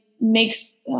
makes